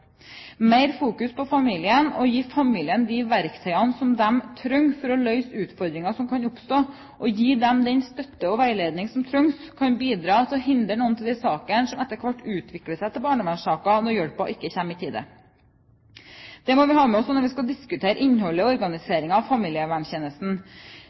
Mer fokusering på familien, gi familien de verktøyene som de trenger for å løse utfordringer som kan oppstå, og gi dem den støtte og veiledning som trengs, kan bidra til å hindre noen av de sakene som etter hvert utvikler seg til barnevernssaker når hjelpen ikke kommer i tide. Det må vi ha med oss også når vi skal diskutere innholdet i